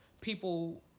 people